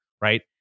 right